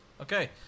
Okay